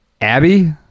Abby